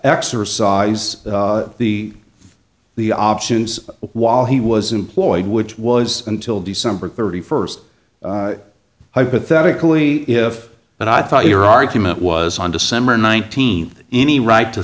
exercise the the options while he was employed which was until december thirty first hypothetically if but i thought your argument was on december nineteenth any right to